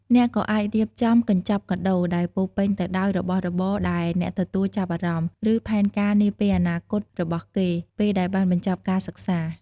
អ្នកក៏អាចរៀបចំកញ្ចប់កាដូ ដែលពោរពេញទៅដោយរបស់របរដែលអ្នកទទួលចាប់អារម្មណ៍ ឬ ផែនការនាពេលអនាគតរបស់គេពេលដែលបានបញ្ចប់ការសិក្សា។